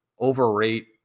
overrate